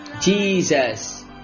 Jesus